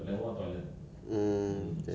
toilet dia kan macam